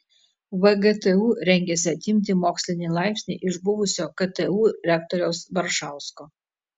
vgtu rengiasi atimti mokslinį laipsnį iš buvusio ktu rektoriaus baršausko